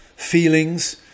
Feelings